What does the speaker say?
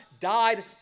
died